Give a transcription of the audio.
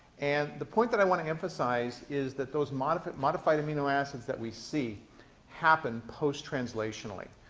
and the point that i want to emphasize is that those modified modified amino acids that we see happen post-translationally,